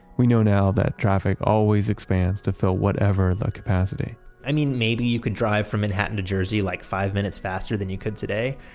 we know now that traffic always expands to fill whatever the capacity i mean, maybe you could drive from manhattan to jersey, like five minutes faster than you could today.